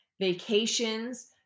vacations